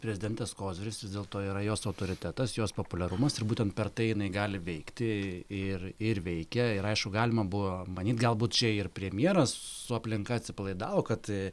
prezidentės koziris vis dėlto yra jos autoritetas jos populiarumas ir būtent per tai jinai gali veikti ir ir veikia ir aišku galima buvo manyt galbūt čia ir premjeras su aplinka atsipalaidavo kad